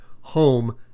home